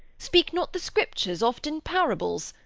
speak not the scriptures oft in parables?